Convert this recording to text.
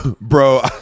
bro